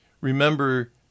remember